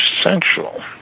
essential